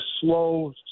slow